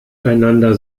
einander